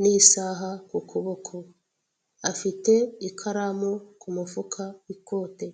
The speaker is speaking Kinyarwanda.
n'isaha ku kuboko, afite ikaramu ku mufuka w'ikote.